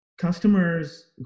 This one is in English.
customers